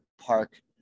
park